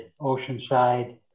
Oceanside